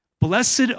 Blessed